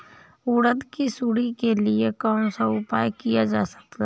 उड़द की सुंडी के लिए कौन सा उपाय किया जा सकता है?